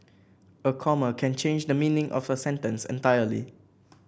a comma can change the meaning of a sentence entirely